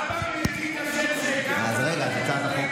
עשר דקות